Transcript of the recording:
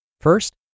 First